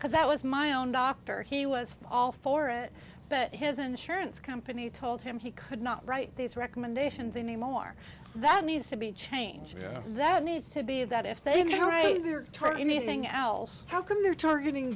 because that was my own doctor he was all for it but his insurance company told him he could not write these recommendations anymore that needs to be changed that needs to be that if they don't write their target anything else how come they're targeting